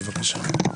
בבקשה.